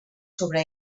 sobre